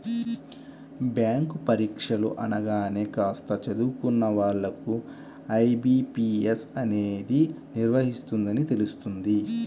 bank పరీక్షలు అనగానే కాస్త చదువుకున్న వాళ్ళకు ఐ.బీ.పీ.ఎస్ అనేది నిర్వహిస్తుందని తెలుస్తుంది